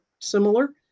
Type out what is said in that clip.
similar